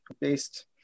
based